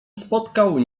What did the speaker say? spotkał